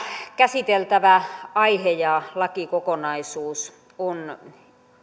käsiteltävä aihe ja lakikokonaisuus ovat